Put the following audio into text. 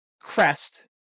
crest